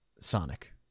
Sonic